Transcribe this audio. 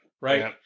Right